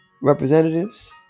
Representatives